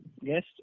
Yes